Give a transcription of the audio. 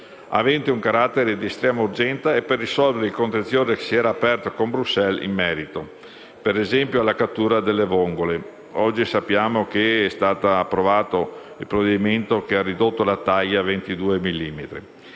avente un carattere di estrema urgenza per risolvere il contenzioso che si è aperto con Bruxelles in merito, per esempio, alla cattura delle vongole (sappiamo che oggi è stato approvato il provvedimento che ha ridotto la taglia a 22